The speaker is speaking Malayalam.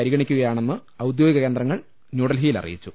പരിഗണിക്കുകയാണെന്ന് ഔദ്യോഗിക കേന്ദ്ര ങ്ങൾ ന്യൂഡൽഹിയിൽ അറിയിച്ചു